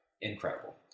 Incredible